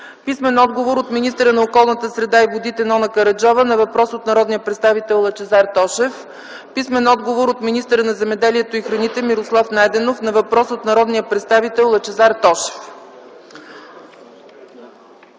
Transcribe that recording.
писмен отговор от министъра на околната среда и водите Нона Караджова на въпрос от народния представител Лъчезар Тошев; - писмен отговор от министъра на земеделието и храните Мирослав Найденов на въпрос от народния представител Лъчезар Тошев.